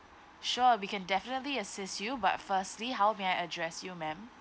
sure we can definitely assist you but firstly how may I address you madam